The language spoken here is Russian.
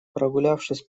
прогулявшись